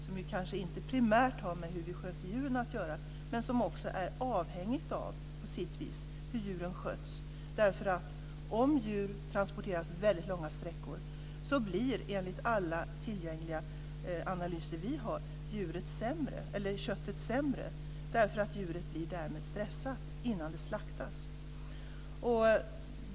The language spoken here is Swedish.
Den kanske inte primärt har med hur vi sköter djuren att göra, men är på sitt vis avhängig hur djuren sköts, därför att om djur transporteras väldigt långa sträckor blir enligt alla tillgängliga analyser vi har köttet sämre på grund av att djuret blir stressat innan det slaktas.